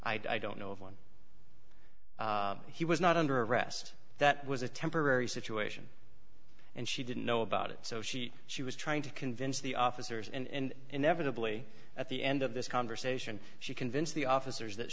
i don't know of one he was not under arrest that was a temporary situation and she didn't know about it so she she was trying to convince the officers and inevitably at the end of this conversation she convinced the officers that